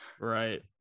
right